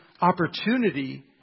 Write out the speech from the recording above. opportunity